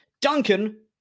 Duncan